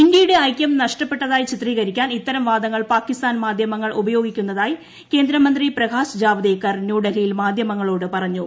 ഇന്ത്യയുടെ ഐക്യ നഷ്ടപ്പെട്ടതായി ചിത്രീകരിക്കാൻ ഇത്തരം വാദങ്ങൾ പാക്കിസ്ഥാൻ മാധ്യമങ്ങൾ ഉപയോഗിക്കുന്നതായി കേന്ദ്രമന്ത്രി പ്രകാശ് ജാവ്ദേക്കർ ന്യൂഡൽഹിയിൽ മാധ്യമങ്ങോട് പറഞ്ഞു